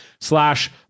slash